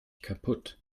kaputt